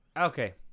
Okay